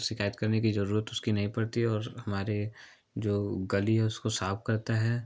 शिकायत करने की ज़रूरत उसकी नहीं पड़ती और हमारे जो गली है उसको साफ करता है